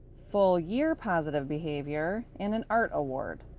full year positive behavior, and an art award.